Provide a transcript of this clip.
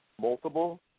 multiple